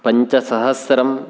पञ्चसहस्रम्